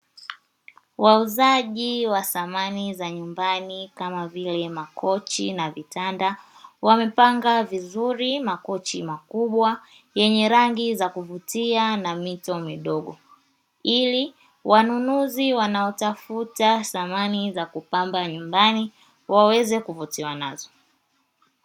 Wauzaji wa samani za nyumbani kama vile makochi na vitanda, wamepanga vizuri, makochi makubwa yenye rangi za kuvutia na mito midogo ili wanunuzi wanaotafuta samani za kupamba nyumbani waweze kuvutiwa nazo.